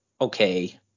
okay